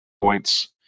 points